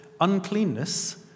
uncleanness